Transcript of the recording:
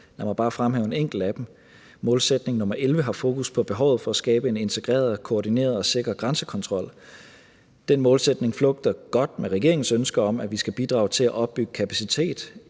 Lad mig bare fremhæve en enkelt af dem: Målsætning nr. 11 har fokus på behovet for at skabe en integreret og koordineret og sikker grænsekontrol. Den målsætning flugter godt med regeringens ønske om, at vi skal bidrage til at opbygge kapacitet